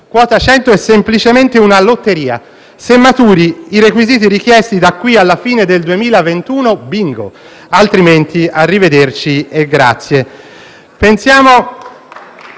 quota 100 è semplicemente una lotteria. Se maturi i requisiti richiesti da qui alla fine del 2021, fai bingo; altrimenti arrivederci e grazie.